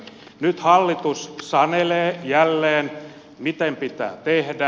nyt hallitus sanelee jälleen miten pitää tehdä